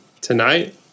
tonight